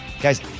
Guys